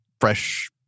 fresh